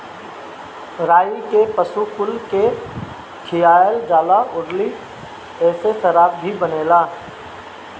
राई के पशु कुल के खियावल जाला अउरी एसे शराब भी बनेला